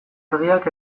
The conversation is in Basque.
argiak